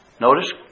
notice